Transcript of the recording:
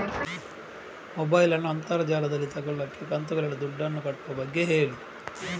mobile ನ್ನು ಅಂತರ್ ಜಾಲದಲ್ಲಿ ತೆಗೋಲಿಕ್ಕೆ ಕಂತುಗಳಲ್ಲಿ ದುಡ್ಡನ್ನು ಕಟ್ಟುವ ಬಗ್ಗೆ ಹೇಳಿ